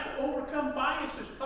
overcome biases,